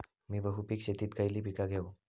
मी बहुपिक शेतीत खयली पीका घेव?